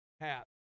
hat